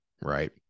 Right